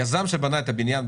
היזם שבנה את הבניין,